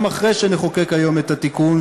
גם אחרי שנחוקק היום את התיקון,